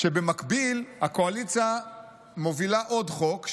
במקביל הקואליציה מובילה עוד חוק,